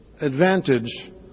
advantage